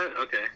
okay